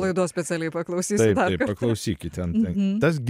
po laidos specialiai paklausysim dar kartą